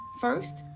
First